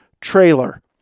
trailer